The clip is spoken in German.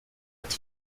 mit